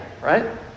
right